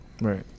Right